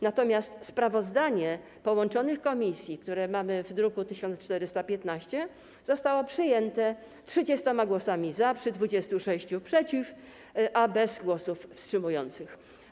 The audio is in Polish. Natomiast sprawozdanie połączonych komisji, które mamy w druku nr 1415, zostało przyjęte 30 głosami za, przy 26 przeciw, bez głosów wstrzymujących.